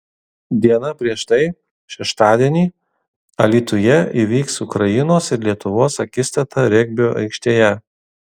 diena prieš tai šeštadienį alytuje įvyks ukrainos ir lietuvos akistata regbio aikštėje